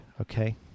Okay